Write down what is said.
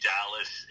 Dallas